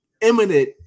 imminent